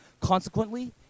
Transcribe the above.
Consequently